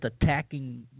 attacking